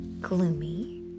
gloomy